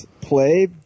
play